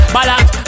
Balance